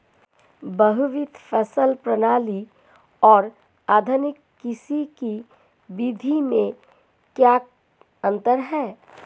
बहुविध फसल प्रणाली और आधुनिक कृषि की विधि में क्या अंतर है?